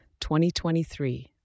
2023